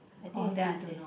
I think is Tuesday